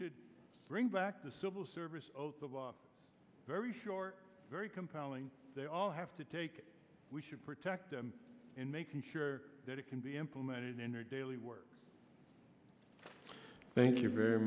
should bring back the civil service the very short very compelling they all have to take we should protect them in making sure that it can be implemented in your daily work thank you very